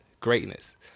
Greatness